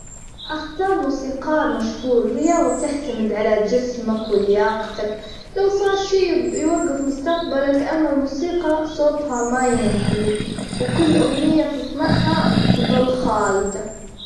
أختار موسيقار مشهور، الرياظة تحتمد على جسمك، ولياقتك لو صار شي يو- يوجف مستجبلك، أما الموسيقى صوتها ما ينتهي وكل أغنية تصنعها تضل خالدة.